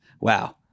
Wow